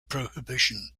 prohibition